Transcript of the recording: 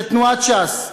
שתנועת ש"ס,